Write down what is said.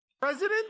President